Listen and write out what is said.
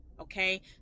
Okay